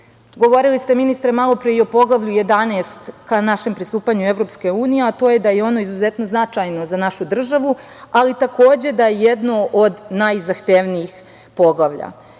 ste ministre malopre i o Poglavlju 11. kao našem pristupanju EU, a to je da je ono izuzetno značajno za našu državu, ali takođe da jedno od najzahtevnijih poglavlja.